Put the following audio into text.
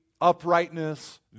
uprightness